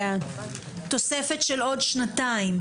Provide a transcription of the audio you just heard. תוספת של עוד שנתיים.